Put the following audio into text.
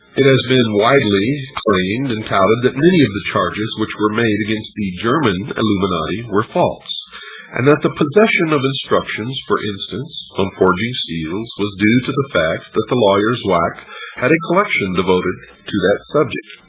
it has been widely claimed and touted that many of the charges which were made against the german illuminati were false and that the possession of instructions, for instance, on forging seals was due to the fact that the lawyer zwack had a collection devoted to that subject,